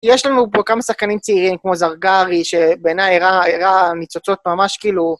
יש לנו פה כמה שחקנים צעירים, כמו זרגרי, שבעיניי הראה ניצוצות ממש כאילו...